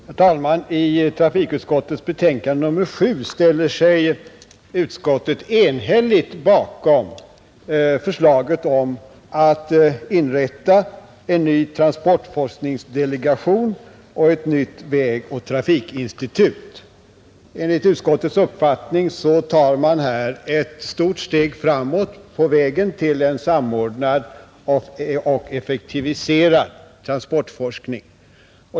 Herr talman! I trafikutskottets betänkande nr 7 ställer sig utskottet enhälligt bakom förslaget om att inrätta en ny transportforskningsdelegation och ett nytt vägoch trafikinstitut. Enligt utskottets uppfattning tar man här ett stort steg framåt på vägen mot en samordnad och effektiviserad transportforskning.